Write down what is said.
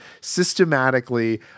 systematically